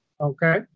okay